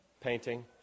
painting